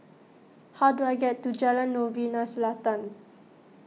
how do I get to Jalan Novena Selatan